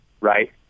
right